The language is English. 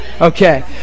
Okay